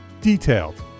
Detailed